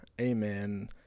amen